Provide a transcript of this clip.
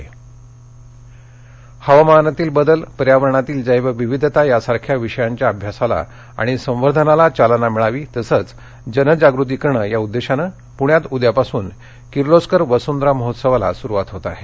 वसंधरा महोत्सव हवामानातील बदल पर्यावरणातील जैव विविधता यासारख्या विषयांच्या अभ्यासाला आणि संवर्धनाला चालना मिळावी तसंच जनजागृती करणं या उद्देशानं पृण्यात उद्यापासून किर्लोस्कर वसंधरा महोत्सवाला सुरुवात होत आहे